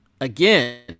Again